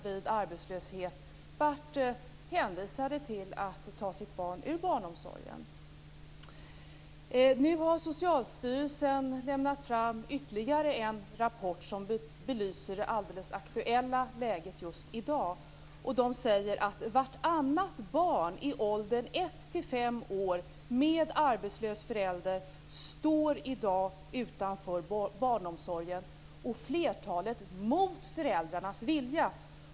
Vid arbetslöshet blev föräldrar hänvisade till att ta sitt barn ur barnomsorgen. Nu har Socialstyrelsen lämnat fram ytterligare en rapport som belyser det aktuella läget just i dag. Den säger att vartannat barn i åldern 1-5 år med arbetslös förälder i dag står utanför barnomsorgen, och flertalet mot föräldrarnas vilja.